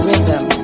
Rhythm